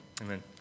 amen